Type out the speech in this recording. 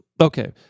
Okay